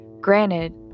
Granted